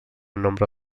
nombre